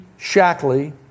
Shackley